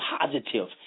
positive